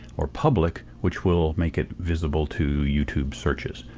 or public, which will make it visible to youtube searches.